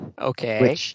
Okay